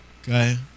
Okay